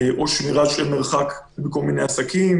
או שמירה של מרחק בכל מיני עסקים,